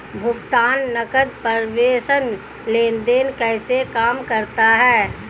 भुगतान नकद प्रेषण लेनदेन कैसे काम करता है?